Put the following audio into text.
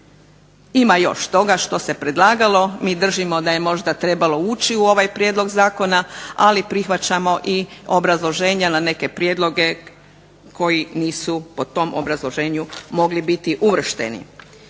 Ima još toga što se predlagalo, mi držimo da je možda trebalo ući u ovaj prijedlog zakona, ali prihvaćamo i obrazloženja na neke prijedloge koji nisu po tom obrazloženju mogli biti uvršteni.